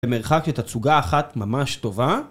במרחק תצוגה אחת ממש טובה.